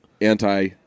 Anti